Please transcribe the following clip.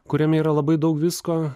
kuriame yra labai daug visko